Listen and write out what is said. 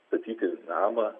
statyti namą